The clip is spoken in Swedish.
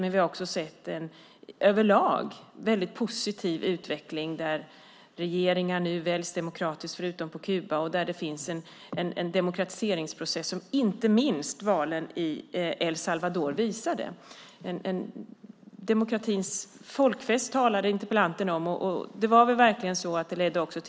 Men vi har också sett en överlag positiv utveckling där regeringar nu väljs demokratiskt, förutom på Kuba, och där det finns en demokratiseringsprocess, vilket inte minst valen i El Salvador visade. Interpellanten talade om en demokratins folkfest. Valet ledde verkligen till ett regeringsskifte.